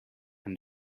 and